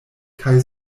kaj